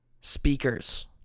speakers